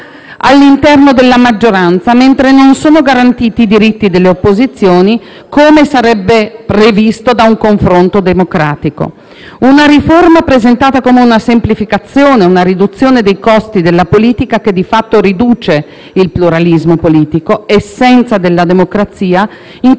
una riforma presentata come una semplificazione o una riduzione dei costi della politica, che di fatto riduce il pluralismo politico, essenza della democrazia, in quanto esprime gli orientamenti diversi del corpo elettorale. È una situazione che non ha lasciato margini di confronto nella discussione sulla modifica della